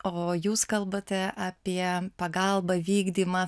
o jūs kalbate apie pagalbą vykdymą